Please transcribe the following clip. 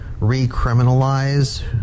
recriminalize